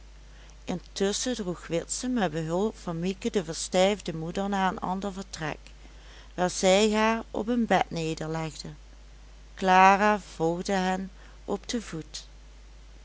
intusschen droeg witse met behulp van mieke de verstijfde moeder naar een ander vertrek waar zij haar op een bed nederlegden clara volgde hen op den voet